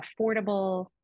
affordable